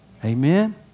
Amen